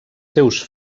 seus